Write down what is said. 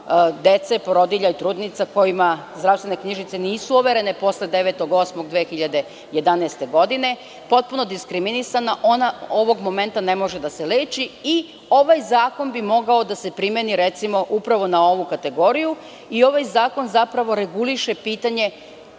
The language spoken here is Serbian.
dece, porodilja i trudnica kojima zdravstvene knjižice nisu overene posle 9. avgusta 2011. godine, potpuno diskriminisana. Ona ovog momenta ne može da se leči i ovaj zakon bi mogao da se primeni, recimo, upravo na ovu kategoriju. Ovaj zakon zapravo reguliše pitanje